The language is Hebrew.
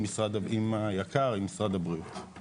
עם היק"ר ועם משרד הבריאות.